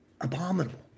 Abominable